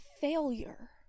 failure